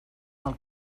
del